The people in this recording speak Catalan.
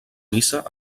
missa